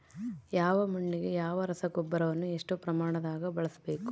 ಯಾವ ಮಣ್ಣಿಗೆ ಯಾವ ರಸಗೊಬ್ಬರವನ್ನು ಎಷ್ಟು ಪ್ರಮಾಣದಾಗ ಬಳಸ್ಬೇಕು?